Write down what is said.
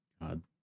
god